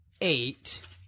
eight